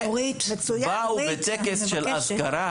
אולי את לא יכולה לצעוק בגלל הגרון.